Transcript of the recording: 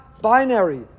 Binary